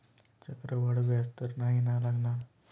चक्रवाढ व्याज तर नाही ना लागणार?